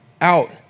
out